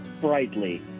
Brightly